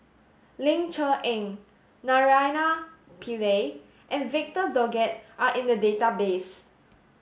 Ling Cher Eng Naraina Pillai and Victor Doggett are in the database